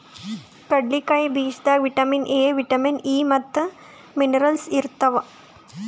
ಕಡ್ಲಿಕಾಯಿ ಬೀಜದಾಗ್ vitamin A, vitamin E ಮತ್ತ್ ಮಿನರಲ್ಸ್ ಇರ್ತವ್